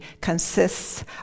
consists